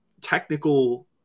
technical